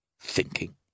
Thinking